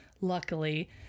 luckily